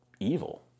evil